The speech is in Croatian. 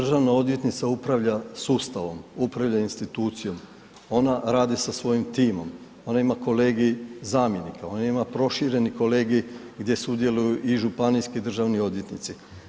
Glavna državna odvjetnica upravlja sustavom, upravlja institucijom, ona radi sa svojim timom, ona ima kolegij zamjenika, ona ima prošireni kolegij gdje sudjeluju i županijski državni odvjetnici.